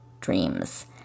dreams